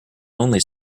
only